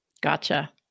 Gotcha